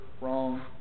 wrong